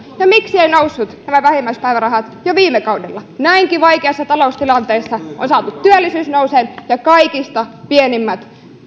ja miksi eivät nousseet nämä vähimmäispäivärahat jo viime kaudella näinkin vaikeassa taloustilanteessa on saatu työllisyys nousemaan ja kaikista pienimmät